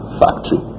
factory